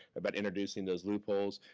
about introducing those loopholes.